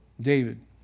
David